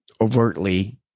overtly